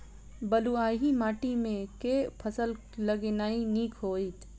बलुआही माटि मे केँ फसल लगेनाइ नीक होइत?